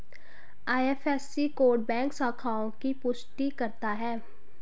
IFSC code bank शाखाओं की पुष्टि करता है